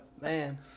Man